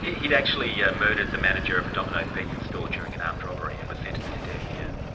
he'd actually yeah murdered the manager of a domino's pizza store during an armed robbery and was sentenced to death, yes?